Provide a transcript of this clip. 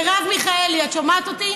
מרב מיכאלי, את שומעת אותי?